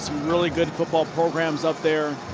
really good football programs up there.